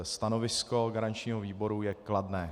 Stanovisko garančního výboru je kladné.